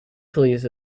please